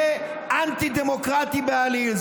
זה אנטי-דמוקרטי בעליל.